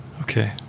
Okay